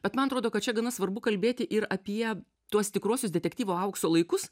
bet man atrodo kad čia gana svarbu kalbėti ir apie tuos tikruosius detektyvo aukso laikus